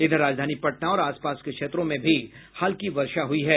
इधर राजधानी पटना और आसपास के क्षेत्रों में भी हल्की वर्षा हुई है